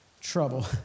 trouble